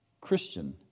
Christian